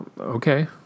okay